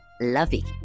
lovey